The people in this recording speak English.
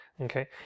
Okay